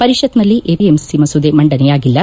ಪರಿಷತ್ನಲ್ಲಿ ಎಪಿಎಂಸಿ ಮಸೂದೆ ಮಂದನೆಯಾಗಿಲ್ಲ